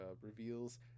reveals